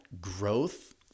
growth